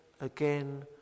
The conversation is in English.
again